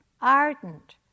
ardent